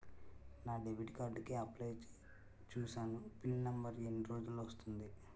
నా debit card కి apply చూసాను పిన్ నంబర్ ఎన్ని రోజుల్లో వస్తుంది?